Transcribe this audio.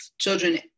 children